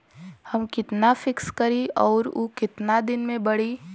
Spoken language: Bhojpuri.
हम कितना फिक्स करी और ऊ कितना दिन में बड़ी?